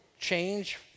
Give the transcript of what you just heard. change